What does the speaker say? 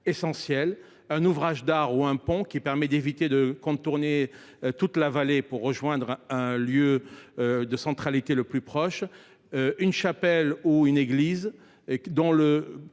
essentiels : un ouvrage d’art ou un pont qui permet d’éviter de contourner toute la vallée pour rejoindre un lieu de centralité ; une chapelle ou une église dont le